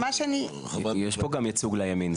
יש פה ייצוג לימין.